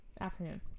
Afternoon